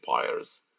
empires